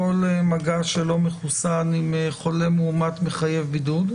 כל מגע של לא מחוסן עם חולה מאומת מחייב בידוד?